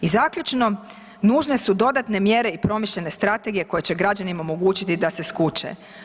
I zaključno, nužne su dodatne mjere i promišljene strategije koje će građanima omogućiti da se skuće.